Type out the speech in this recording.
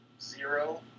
zero